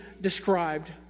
described